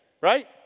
right